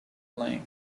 blame